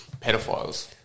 pedophiles